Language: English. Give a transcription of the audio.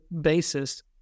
basis